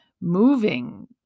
moving